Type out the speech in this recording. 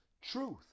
truth